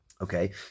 Okay